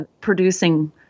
producing